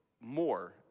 more